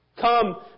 Come